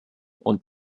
und